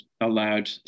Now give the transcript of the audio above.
allowed